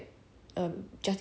I'll just listen every day like that